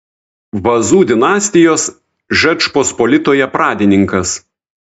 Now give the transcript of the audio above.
vazų dinastijos žečpospolitoje pradininkas